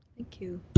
thank you.